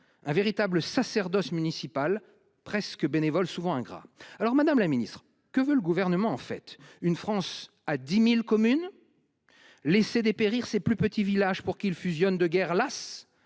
un véritable sacerdoce municipal, presque bénévole, souvent ingrat. Madame la ministre, que veut le Gouvernement ? Veut-il une France à 10 000 communes ? Veut-il laisser dépérir ses plus petits villages pour qu'ils fusionnent, de guerre lasse ?